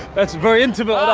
that's very intimate